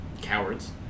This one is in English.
Cowards